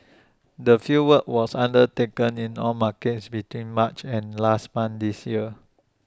the fieldwork was undertaken in all markets between March and last month this year